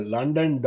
London